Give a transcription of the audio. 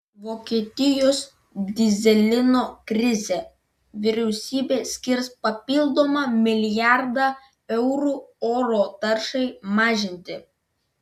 vokietijos dyzelino krizė vyriausybė skirs papildomą milijardą eurų oro taršai mažinti